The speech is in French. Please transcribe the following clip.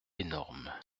énormes